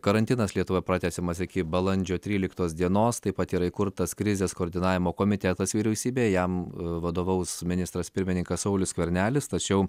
karantinas lietuvoje pratęsiamas iki balandžio tryliktos dienos taip pat yra įkurtas krizės koordinavimo komitetas vyriausybėj jam vadovaus ministras pirmininkas saulius skvernelis tačiau